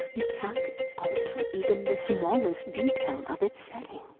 you can't alter even the smallest detail of its setting.